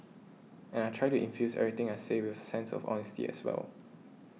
and I try to infuse everything I say with a sense of honesty as well